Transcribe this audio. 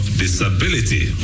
disability